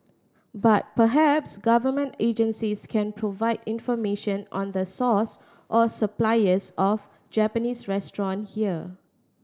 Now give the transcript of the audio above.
but perhaps Government agencies can provide information on the source or suppliers of Japanese restaurant here